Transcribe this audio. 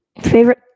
Favorite